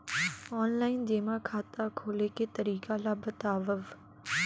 Online जेमा खाता खोले के तरीका ल बतावव?